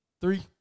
Three